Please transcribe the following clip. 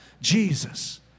Jesus